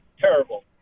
Terrible